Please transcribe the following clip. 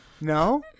No